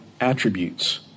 attributes